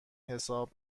حساب